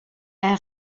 elle